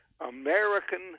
American